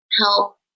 help